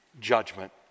judgment